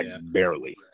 barely